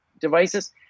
devices